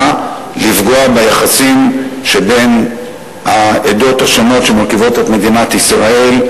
לפגוע ביחסים שבין העדות השונות שמרכיבות את מדינת ישראל,